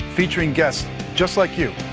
featuring guests just like you.